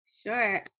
Sure